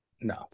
No